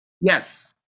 Yes